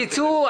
תצאו.